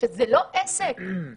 שהוא לא עסק אלא